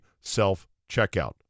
self-checkout